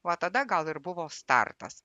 va tada gal ir buvo startas